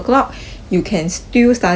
you can still study for